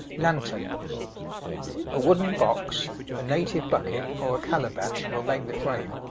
lantern a wooden box, a native bucket, or a calabash, will make the frame,